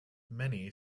many